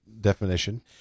definition